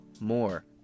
more